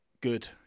Good